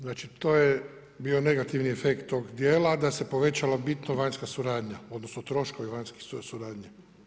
Znači to je bio negativni efekt tog djela da se povećalo bitno vanjska suradnja odnosno troškovi vanjskih suradnja.